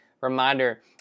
reminder